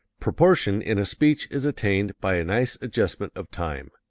proportion in a speech is attained by a nice adjustment of time.